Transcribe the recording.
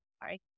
sorry